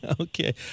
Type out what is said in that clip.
Okay